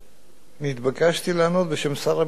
נתבקשתי לענות בשם שר הביטחון.